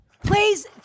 Please